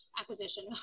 acquisition